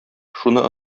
шуны